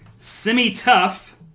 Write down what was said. Semi-Tough